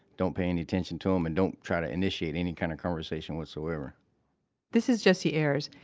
don't pay any attention to them and don't try to initiate any kind of conversation whatsoever this is jesse ayres.